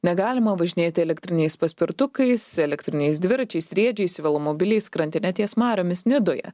negalima važinėti elektriniais paspirtukais elektriniais dviračiais riedžiais velomobiliais krantine ties mariomis nidoje